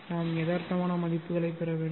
நாம் யதார்த்தமான மதிப்புகளைப் பெற வேண்டும்